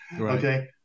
okay